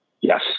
Yes